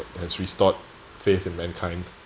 has restored faith in mankind